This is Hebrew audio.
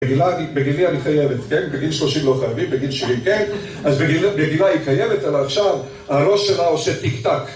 בגילי אני חייבת, כן? בגיל שלושים לא חייבים בגיל שבעיים כן, אז בגילה היא קיימת, אבל עכשיו הראש שלה עושה טק טק.